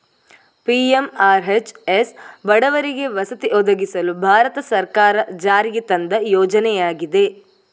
PMRHS ಬಡವರಿಗೆ ವಸತಿ ಒದಗಿಸಲು ಭಾರತ ಸರ್ಕಾರ ಜಾರಿಗೆ ತಂದ ಯೋಜನೆಯಾಗಿದೆ